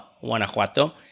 Guanajuato